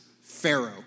pharaoh